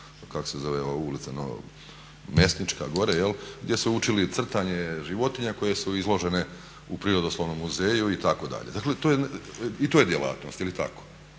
kako se zove ova ulica, Mesnička gore, gdje su učili crtanje životinja koje su izložene u Prirodoslovnom muzeju itd. Dakle, i to je djelatnosti jel tako.